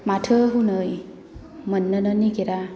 माथो हनै मोननोनो नागिरा